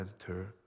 enter